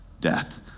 death